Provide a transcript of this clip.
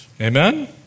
Amen